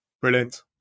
Brilliant